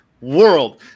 World